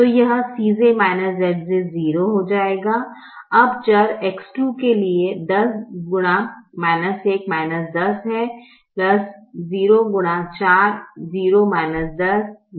तो यह Cj Zj 0 हो जाएगा अब चर X2 के लिए 10x 10 है 10 10 9 19 है